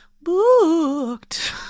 booked